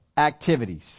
Activities